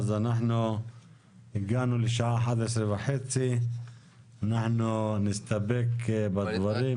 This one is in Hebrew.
אז אנחנו הגענו לשעה 11:30. אנחנו נסתפק בדברים.